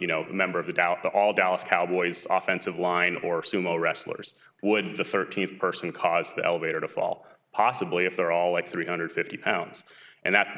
you know member of the doubt that all dallas cowboys off uncivilized or sumo wrestlers would be the thirteenth person caused the elevator to fall possibly if they're all like three hundred fifty pounds and that's the